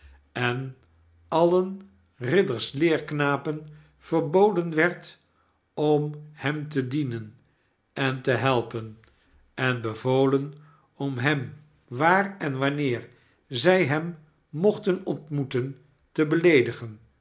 en alien ridders leerknapen verboden werd om hem te dienen en te helpen en bevolen om hem waar en wanneer zij hem mochten ontmoeten te beleedigen